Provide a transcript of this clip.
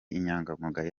inyangamugayo